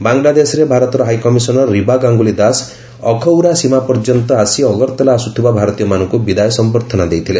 ବାଙ୍ଗଲାଦେଶରେ ଭାରତର ହାଇକମିଶନ୍ର ରିବା ଗାଙ୍ଗୁଲି ଦାସ ଅଖଉରା ସୀମା ପର୍ଯ୍ୟନ୍ତ ଆସି ଅଗରତଲା ଆସୁଥିବା ଭାରତୀୟମାନଙ୍କୁ ବିଦାୟ ସମ୍ଭର୍ଦ୍ଧନା ଦେଇଥିଲେ